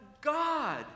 God